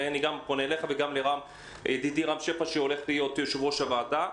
ואני פונה גם אליך וגם לידידי רם שפע שהולך להיות יושב-ראש הוועדה,